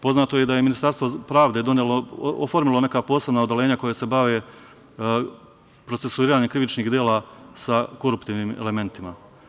Poznato je da je Ministarstvo pravde oformilo neka posebna odeljenja koja se bave procesuiranjem krivičnih dela sa koruptivnim elementima.